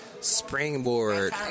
springboard